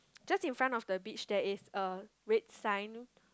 just in front of the beach there is a red sign